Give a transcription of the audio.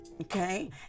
Okay